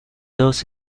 dos